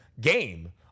game